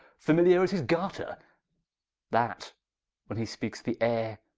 familiar as his garter that when he speakes, the ayre,